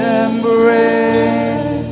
embrace